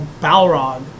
Balrog